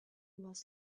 was